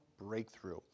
breakthrough